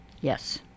Yes